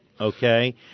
okay